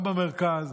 גם במרכז,